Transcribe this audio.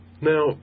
Now